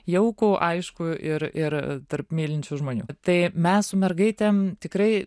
jaukų aiškų ir ir tarp mylinčių žmonių tai mes su mergaitėm tikrai